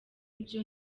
ibyo